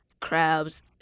crabs